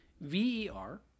V-E-R